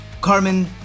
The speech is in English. Carmen